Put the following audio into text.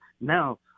now